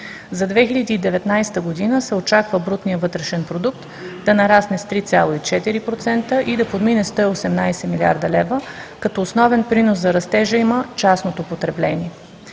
За 2019 г. се очаква брутният вътрешен продукт да нарасне с 3,4% и да подмине 118 млрд. лв., като основен принос за растежа има частното потребление,